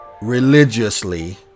religiously